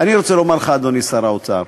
אני רוצה לומר לך, אדוני שר האוצר,